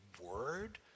word